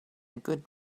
good